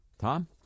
Tom